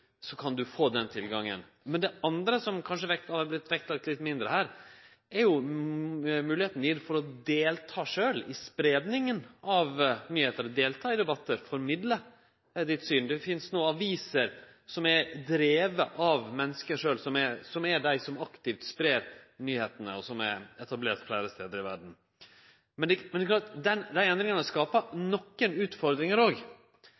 så enormt mykje større. Nesten kor du er – og ikkje alltid i samtid eller der det skjer – kan du få den tilgangen. Noko som òg er viktig, men som kanskje er vektlagt litt mindre her, er moglegheita til sjølv å delta i spreiinga av nyheiter. Du kan delta i debattar og formidle ditt syn. Det finst no aviser som er drivne av menneske sjølv, som er dei som aktivt spreier nyheitene, og som er etablert fleire stader i verda. Desse endringane